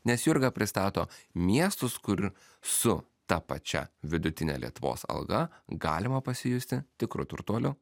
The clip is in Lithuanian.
nes jurga pristato miestus kur su ta pačia vidutine lietuvos alga galima pasijusti tikru turtuoliu